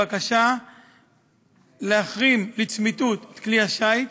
בקשה להחרים לצמיתות את כלי השיט.